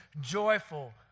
joyful